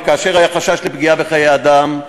וכאשר היה חשש לפגיעה בחיי אדם,